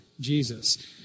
Jesus